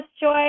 joy